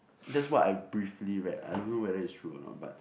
that's what I briefly read I don't know whether it's true or not but